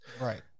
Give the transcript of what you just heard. right